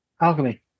Alchemy